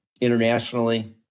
internationally